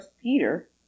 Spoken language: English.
Peter